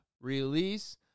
Release